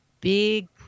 Big